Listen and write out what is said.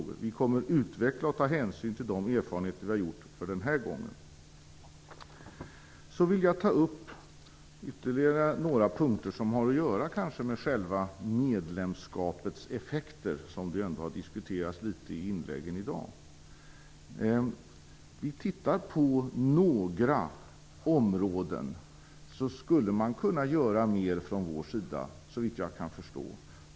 Vi kommer att utveckla och ta hänsyn till de erfarenheter vi har gjort den här gången. Så vill jag ta upp ytterligare några punkter som har att göra med själva medlemskapets effekter, som ju ändå har diskuterats en del i debatten i dag. På några områden skulle vi från vår sida kunna göra mer, såvitt jag kan förstå.